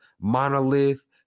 monolith